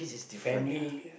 family